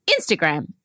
instagram